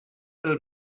pel